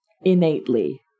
innately